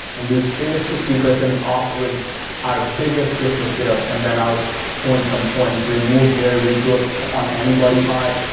and do save sixty percent off with our biggest christmas sale. and then i'll point some points, remove hair regrowth on any body part,